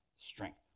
strength